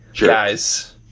guys